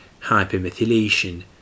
hypermethylation